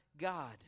God